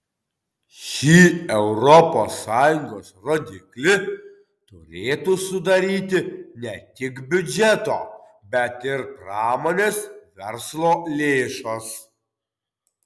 šį europos sąjungos rodiklį turėtų sudaryti ne tik biudžeto bet ir pramonės verslo lėšos